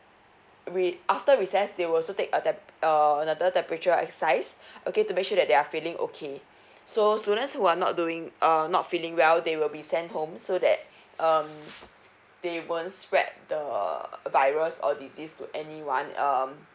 re~ after recess they will also take uh temp~ uh another temperature exercise okay to make sure that they are feeling okay so students who are not doing uh not feeling well they will be sent home so that um they won't spread the virus or disease to anyone um